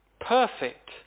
Perfect